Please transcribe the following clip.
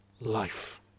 life